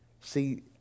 See